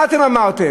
מה אתם אמרתם?